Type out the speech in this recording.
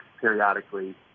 periodically